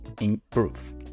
improve